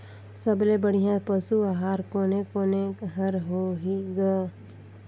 सबले बढ़िया पशु आहार कोने कोने हर होही ग?